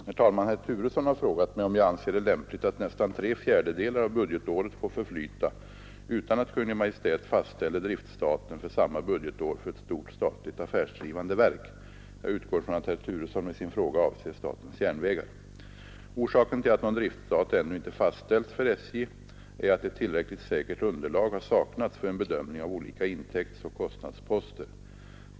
Herr talman! Herr Turesson har frågat mig om jag anser det lämpligt att nästan tre fjärdedelar av budgetåret får förflyta utan att Kungl. Maj:t fastställer driftstaten för samma budgetår för ett stort statligt affärsdrivande verk. Jag utgår ifrån att herr Turesson med sin fråga avser statens järnvägar. Orsaken till att någon driftstat ännu inte fastställts för SJ är att ett tillräckligt säkert underlag har saknats för en bedömning av olika intäktsoch kostnadsposter.